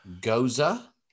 Goza